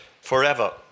forever